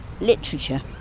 literature